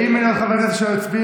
אם אין עוד חבר כנסת שלא הצביע,